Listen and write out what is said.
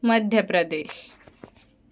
Madhya Pradesh